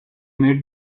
made